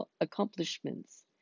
accomplishments